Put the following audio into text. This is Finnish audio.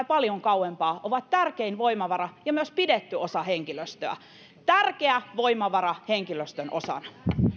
paljon kauempaa ja he ovat tärkein voimavara ja myös pidetty osa henkilöstöä tärkeä voimavara henkilöstön osana